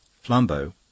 Flambeau